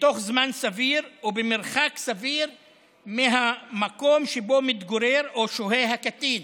בתוך זמן סביר ובמרחק סביר מהמקום שבו מתגורר או שוהה הקטין.